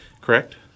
correct